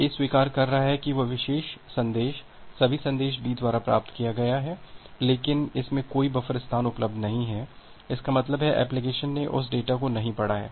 A स्वीकार कर रहा है कि यह विशेष संदेश सभी संदेश B द्वारा प्राप्त किया गया है लेकिन इसमें कोई बफर स्थान उपलब्ध नहीं है इसका मतलब है एप्लिकेशन ने उस डेटा को नहीं पढ़ा है